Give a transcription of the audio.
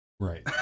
Right